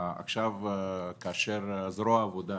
עכשיו כאשר זרוע העבודה